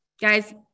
guys